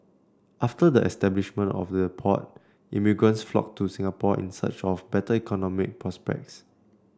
after the establishment of the port immigrants flocked to Singapore in search of better economic prospects